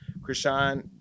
Krishan